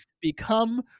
become